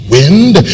wind